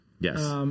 Yes